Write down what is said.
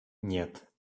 нет